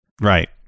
Right